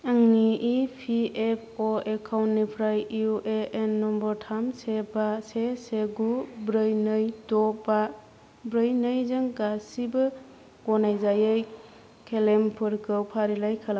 आंनि E P F अ' एकाउन्टनिफ्राय इउ ए एन नम्बर थाम से बा से से गु ब्रै नै द' बा ब्रै नै जों गासिबो गनायजायै क्लेइमफोरखौ फारिलाइ खालाम